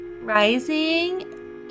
Rising